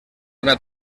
una